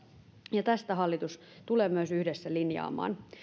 ja tästä hallitus tulee myös yhdessä linjaamaan